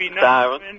siren